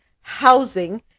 housing